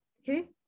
Okay